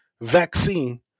vaccine